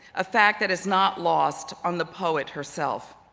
a fact that is not lost on the poet herself.